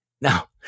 Now